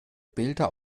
bilder